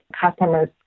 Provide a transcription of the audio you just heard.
customers